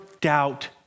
doubt